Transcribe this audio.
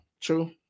true